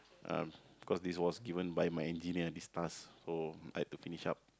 uh because this was given by my engineer this task so I have to finish up